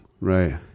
Right